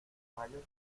caballo